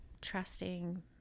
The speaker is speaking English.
trusting